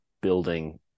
building